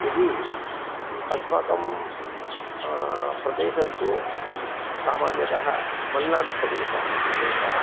यदि अस्माकं प्रदेशन्तु सामान्यतः मल्नाडुप्रदेशः प्रदेशः